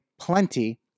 plenty